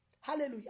Hallelujah